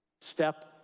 step